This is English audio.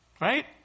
right